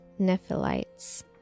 Nephilites